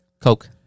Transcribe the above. Coke